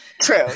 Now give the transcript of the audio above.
True